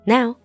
Now